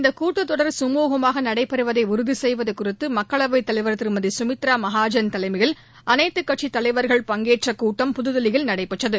இந்த கூட்டத் தொடர் சுமூகமாக நடைபெறுவதை உறுதி செய்வது குறித்து மக்களவை தலைவர் திருமதி சுமித்ரா மகாஜன் தலைமையில் அனைத்துக் கட்சித் தலைவர்கள் பங்கேற்ற கூட்டம் புதுதில்லியில் நடைபெற்றது